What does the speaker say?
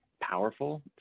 powerful